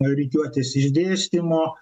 rikiuotės išdėstymo